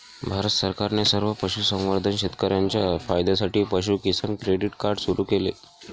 भारत सरकारने सर्व पशुसंवर्धन शेतकर्यांच्या फायद्यासाठी पशु किसान क्रेडिट कार्ड सुरू केले